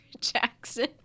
Jackson